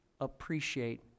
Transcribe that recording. appreciate